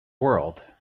world